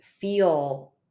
feel